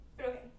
okay